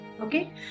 Okay